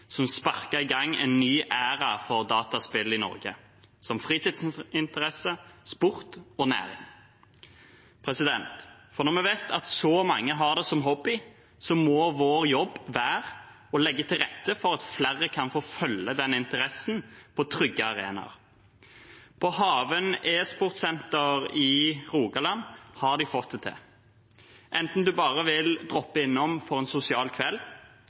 som sparket i gang en ny æra for dataspill i Norge – som fritidsinteresse, sport og næring. For når vi vet at så mange har det som hobby, må vår jobb være å legge til rette for at flere kan få følge den interessen på trygge arenaer. På Haven e-sportsenter i Rogaland har de fått det til – enten en bare vil droppe innom for en sosial kveld,